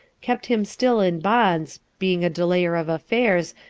kept him still in bonds, being a delayer of affairs,